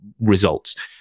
results